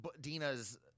Dina's